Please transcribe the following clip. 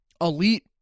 elite